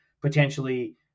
potentially